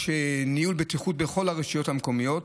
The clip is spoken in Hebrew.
יש ניהול בטיחות בכל הרשויות המקומיות,